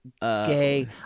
Gay